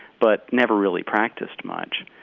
but never really practiced much.